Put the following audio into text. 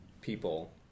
people